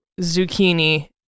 zucchini